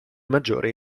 maggiore